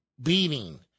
beating